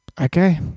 Okay